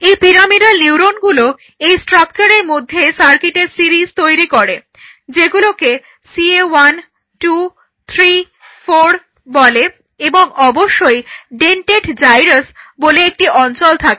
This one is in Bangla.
এই পিরামিডাল নিউরনগুলো এই স্ট্রাকচারের মধ্যে সার্কিটের সিরিজ তৈরি করে যেগুলোকে CA 1 2 3 4 বলে এবং অবশ্যই ডেন্টেট জাইরাস বলে একটি অঞ্চল থাকে